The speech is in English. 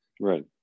Right